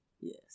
Yes